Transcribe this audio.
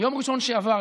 ביום ראשון שעבר,